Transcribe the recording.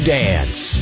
dance